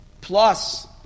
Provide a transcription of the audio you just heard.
plus